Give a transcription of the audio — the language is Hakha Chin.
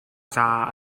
caah